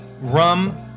rum